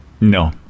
no